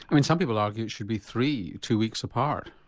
i mean some people argue it should be three two weeks apart.